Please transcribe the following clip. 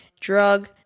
drug